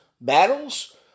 battles